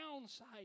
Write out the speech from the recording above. downside